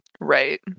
Right